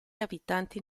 abitanti